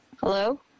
Hello